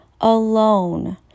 alone